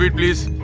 please.